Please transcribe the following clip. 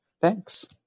Thanks